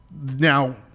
Now